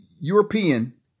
European